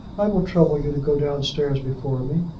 i will trouble you to go downstairs before me.